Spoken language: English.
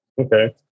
Okay